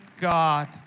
God